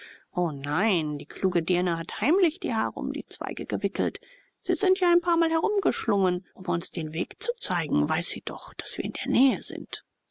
o nein die kluge dirne hat heimlich die haare um die zweige gewickelt sie sind ja ein paarmal herumgeschlungen um uns den weg zu zeigen weiß sie doch daß wir in der nähe sind